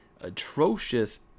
atrocious